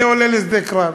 אני עולה לשדה קרב.